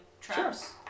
traps